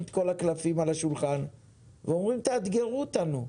את כל הקלפים על השולחן ומבקשים לאתגר אותם.